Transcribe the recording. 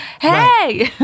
Hey